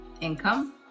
income